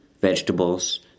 vegetables